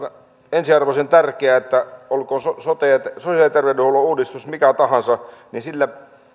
ensiarvoisen tärkeää että olkoon sote sosiaali ja terveydenhuollon uudistus mikä tahansa niin